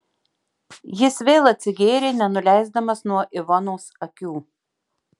jis vėl atsigėrė nenuleisdamas nuo ivonos akių